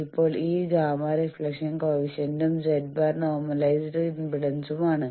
ഇപ്പോൾ ഈ Γ റിഫ്ലക്ഷൻ കോയെഫിഷ്യന്റും z̄ നോർമലൈസ്ഡ് ഇംപെഡൻസും ആണ്